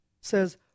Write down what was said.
says